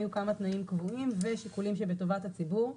היו כמה תנאים קבועים ושיקולים שבטובת הציבור.